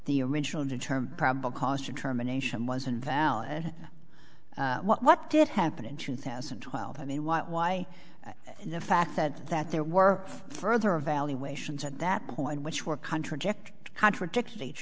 the original determine probable cause determination was invalid what did happen in two thousand and twelve i mean what why the fact said that there were further evaluations at that point which were contradictory contradict each